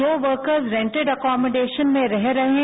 जो worker rented accommodation में रह रहे हैं